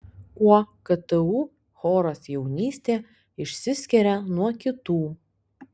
kuo ktu choras jaunystė išsiskiria nuo kitų